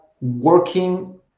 working